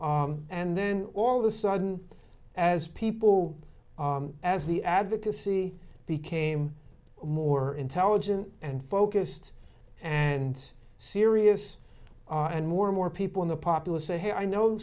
level and then all of the sudden as people as the advocacy became more intelligent and focused and serious and more and more people in the populace say hey i know